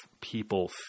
people